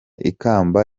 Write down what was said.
ikamba